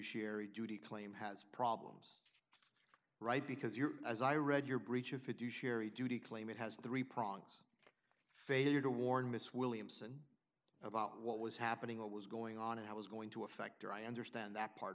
fiduciary duty claim has problems right because you're as i read your breach of fiduciary duty claim it has three prongs failure to warn miss williamson about what was happening what was going on and i was going to affect or i understand that part